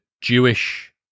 Jewish